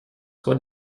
soit